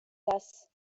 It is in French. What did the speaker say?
tasses